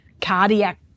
cardiac